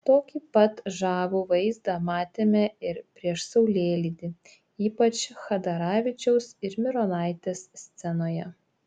tokį pat žavų vaizdą matėme ir prieš saulėlydį ypač chadaravičiaus ir mironaitės scenoje